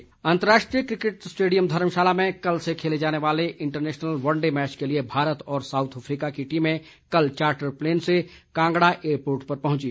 cricket अंतरराष्ट्रीय cricket stadium धर्मशाला में कल से खेले जाने वाले इंटरनेशनल वनडे मैच के लिए भारत और साउथ अफ्रीका की टीमें कल चार्टर प्लेन से कांगड़ा एयरपोर्ट पहुंची